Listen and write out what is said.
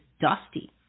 dusty